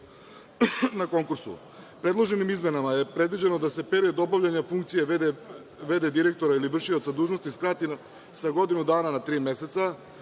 na konkursu. Predloženim izmenama je predviđeno da se period obavljanja funkcije v.d. direktora ili vršioca dužnosti skrati sa godinu dana na tri meseca.